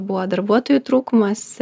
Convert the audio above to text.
buvo darbuotojų trūkumas